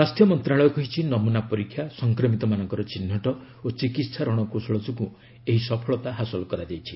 ସ୍ୱାସ୍ଥ୍ୟ ମନ୍ତ୍ରଣାଳୟ କହିଛି ନମୁନା ପରୀକ୍ଷା ସଂକ୍ରମିତମାନଙ୍କ ଚିହ୍ନଟ ଓ ଚିକିସ୍ତା ରଣକୌଶଳ ଯୋଗୁଁ ଏହି ସଫଳତା ହାସଲ କରାଯାଇଛି